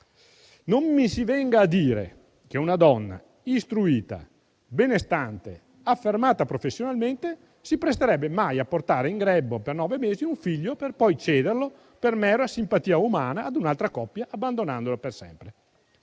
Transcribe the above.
Non mi si venga a dire che una donna istruita, benestante, affermata professionalmente, si presterebbe mai a portare in grembo per nove mesi un figlio per poi cederlo per mera simpatia umana a un'altra coppia, abbandonandolo per sempre.